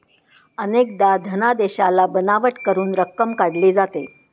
अनेकदा धनादेशाला बनावट करून रक्कम काढली जाते